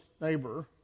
neighbor